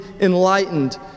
enlightened